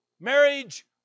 marriage